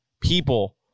people